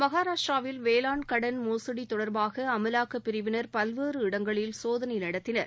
மகாராஷ்டிராவில் வேளாண் கடன் மோசடி தொடர்பாக அமலாக்கப் பிரிவினர் பல்வேறு இடங்களில் சோதனை நடத்தினர்